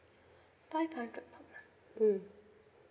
five hundred per month mm